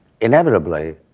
Inevitably